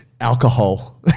alcohol